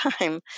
time